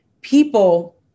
people